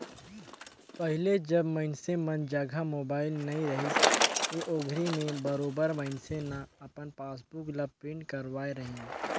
पहिले जब मइनसे मन जघा मोबाईल नइ रहिस हे ओघरी में बरोबर मइनसे न अपन पासबुक ल प्रिंट करवाय रहीन